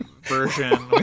version